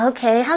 Okay